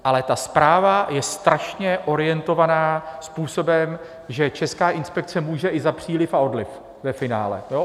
Ale ta zpráva je strašně orientovaná způsobem, že Česká inspekce může i za příliv a odliv ve finále, jo?